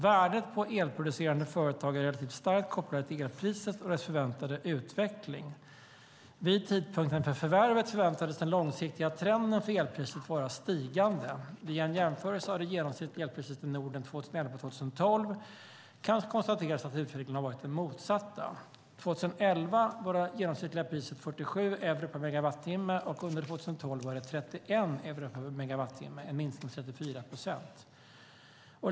Värdet på elproducerande företag är relativt starkt kopplat till elpriset och dess förväntade utveckling. Vid tidpunkten för förvärvet förväntades den långsiktiga trenden för elpriset vara stigande. Vid en jämförelse av det genomsnittliga elpriset i Norden 2011-2012 kan konstateras att utvecklingen har varit den motsatta. År 2011 var det genomsnittliga priset 47 euro per megawattimme, och under 2012 var det 31 euro per megawattimme - en minskning med 34 procent.